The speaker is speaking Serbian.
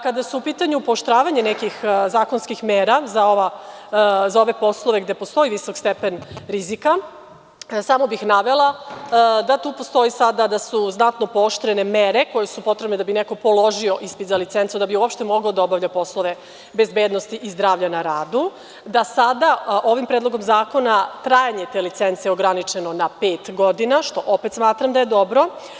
Kada su u pitanju pooštravanja nekih zakonskih mera za ove poslove gde postoji visok stepen rizika, samo bih navela da tu postoji sada da su znatno pooštrene mere koje su potrebne da bi neko položio ispit za licencu, da bi uopšte mogao da obavlja poslove bezbednosti i zdravlja na radu, da sada ovim Predlogom zakona trajanje te licence je ograničeno na pet godina, što opet smatram da je dobro.